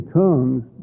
tongues